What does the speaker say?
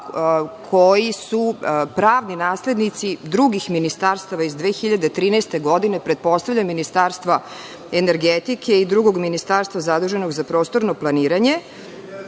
koja su pravni naslednici drugih ministarstava iz 2013. godine. Pretpostavljam Ministarstva energetike i drugog ministarstva zaduženog za prostorno planiranje,